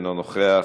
אינו נוכח.